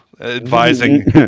advising